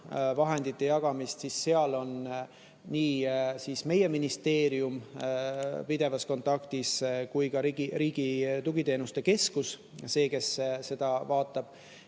regionaalvahendite jagamist, siis seal on nii meie ministeerium pidevas kontaktis kui ka Riigi Tugiteenuste Keskus see, kes seda vaatab.